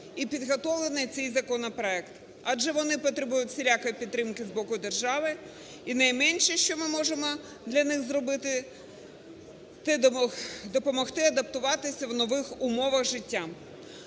і підготовлений цей законопроект, адже вони потребують всілякої підтримки з боку держави, і найменше, що ми можемо для них зробити, це допомогти адаптуватися в нових умовах життя.